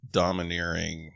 domineering